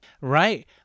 Right